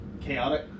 Chaotic